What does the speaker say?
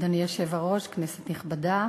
אדוני היושב-ראש, כנסת נכבדה,